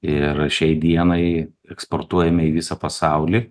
ir šiai dienai eksportuojame į visą pasaulį